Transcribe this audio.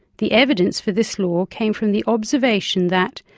the evidence for this law came from the observation that,